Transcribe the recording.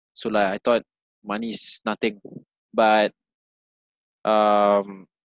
so like I thought money is nothing but um